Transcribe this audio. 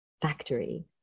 factory